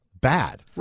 bad